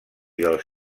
dels